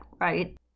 right